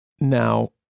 Now